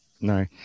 no